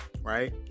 right